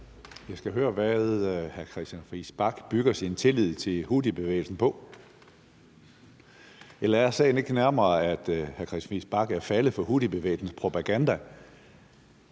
Jeg skal høre, hvad hr. Christian Friis Bach bygger sin tillid til houthibevægelsen på. Eller er sagen ikke nærmere, at hr. Christian Friis Bach er faldet for houthibevægelsens propaganda?